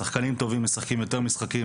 שחקנים טובים משחקים יותר משחקים.